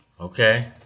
Okay